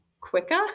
quicker